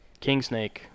Kingsnake